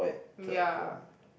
ya